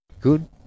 Good